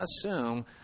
assume